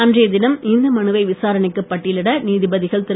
அன்றைய தினம் இந்த மனுவை விசாரணைக்கு பட்டியலிட நீதிபதிகள் திரு